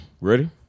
ready